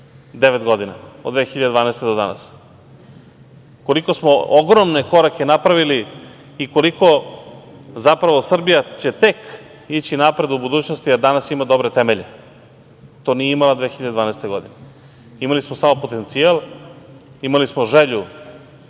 godina, od 2012. godine do danas, kolike smo ogromne korake napravili i koliko će zapravo Srbija tek ići napred u budućnosti, a danas ima dobre temelje. To nije imala 2012. godine. Imali smo samo potencijal. Imali smo želju,